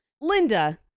Linda